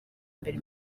mbere